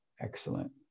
excellent